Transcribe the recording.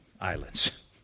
islands